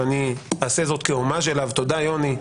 ואני אעשה זאת --- תודה יוני.